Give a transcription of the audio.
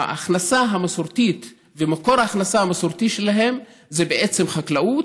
ההכנסה המסורתית ומקור ההכנסה המסורתי שלהם זה בעצם חקלאות,